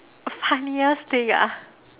funniest thing ah